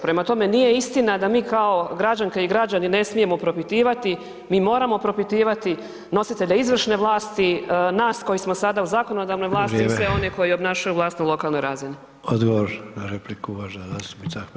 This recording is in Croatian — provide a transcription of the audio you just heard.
Prema tome, nije istina da mi kao građanke i građani ne smijemo propitivati, mi moramo propitivati nositelja izvršne vlasti, nas koji smo sada u zakonodavnoj vlasti i sve one koji obnašaju vlast na lokalnoj razini.